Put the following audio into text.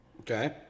Okay